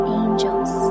angels